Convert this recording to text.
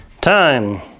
Time